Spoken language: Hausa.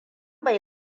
bai